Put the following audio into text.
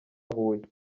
huye